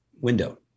window